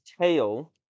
tail